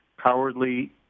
cowardly